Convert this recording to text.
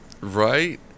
Right